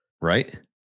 Right